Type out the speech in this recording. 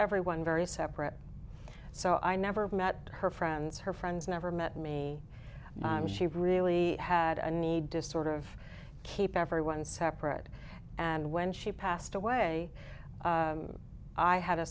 everyone very separate so i never met her friends her friends never met me she really had a need to sort of keep everyone separate and when she passed away i had a